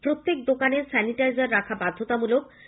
প্রত্যেক দোকানে স্যানিটাইজার রাখা বাধ্যতামূলক করা হবে